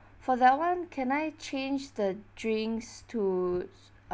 for that [one] can I change the drinks to